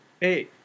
hey